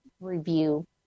review